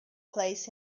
plays